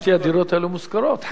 חלקן עומדות ריקות.